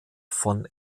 von